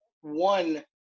one